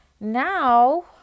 Now